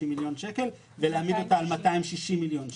מיליון שקלים ולהעמיד אותה על 260 מיליון שקלים.